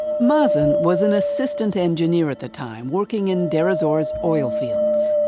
was and was an assistant engineer at the time, working in deir ez-zor's oil fields.